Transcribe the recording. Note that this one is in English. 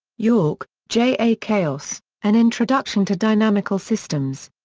yorke, j a. chaos an introduction to dynamical systems.